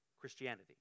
Christianity